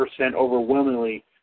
overwhelmingly